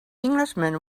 englishman